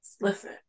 Listen